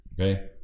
Okay